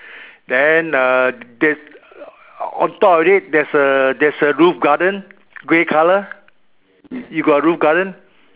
then uh the on top of it there's a there's a roof garden grey colour you got roof garden